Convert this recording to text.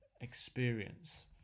experience